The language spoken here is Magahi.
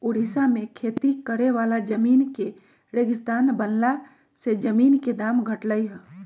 ओड़िशा में खेती करे वाला जमीन के रेगिस्तान बनला से जमीन के दाम घटलई ह